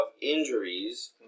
injuries